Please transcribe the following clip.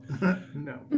No